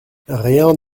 rien